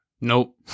Nope